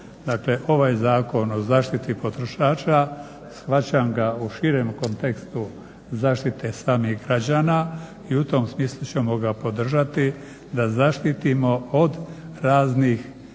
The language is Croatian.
ovaj Zakon o zaštiti potrošača shvaćam ga u širem kontekstu zaštite samih građana i u tom smislu ćemo ga podržati da zaštitimo od raznih lobija